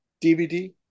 dvd